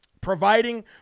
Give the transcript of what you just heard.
providing